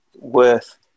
worth